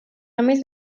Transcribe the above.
àmbits